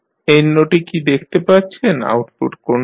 এই নোটে কি দেখতে পাচ্ছেন আউটপুট কোনটি